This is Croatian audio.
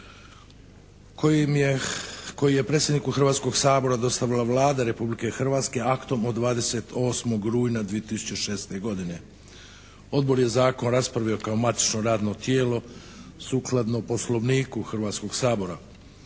koji je predsjedniku Hrvatskog sabora dostavila Vlada Republike Hrvatske aktom od 28. rujna 2006. godine. Odbor je Zakon raspravio kao matično radno tijelo sukladno Poslovniku Hrvatskog sabora.